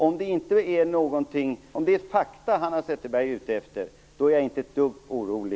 Om det är fakta Hanna Zetterberg är ute efter är jag inte ett dugg orolig.